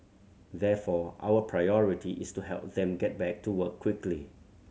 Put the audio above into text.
therefore our priority is to help them get back to work quickly